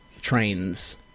trains